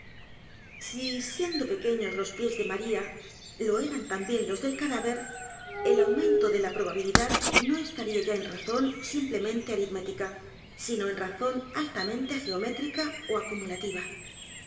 si siendo pequeños los pies de maría lo eran también los del cadáver el aumento de la p r o b a bilidad no estaría ya en razón simplemente aritmética sino en razón altamente geométrica ó acumulativa